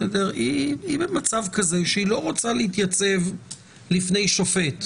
במצב כזה שהיא לא רוצה להתייצב בפני שופט?